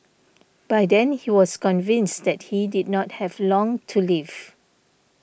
by then he was convinced that he did not have long to live